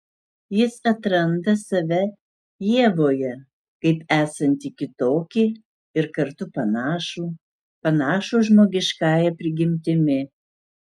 jis atranda save ievoje kaip esantį kitokį ir kartu panašų panašų žmogiškąja prigimtimi